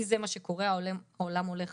כי זה מה שקורה, העולם הולך